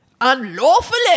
unlawfully